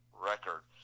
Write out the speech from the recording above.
record